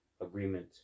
agreement